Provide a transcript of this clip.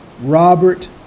Robert